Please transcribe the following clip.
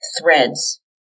threads